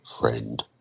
friend